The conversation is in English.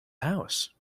house